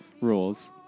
rules